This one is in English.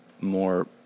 more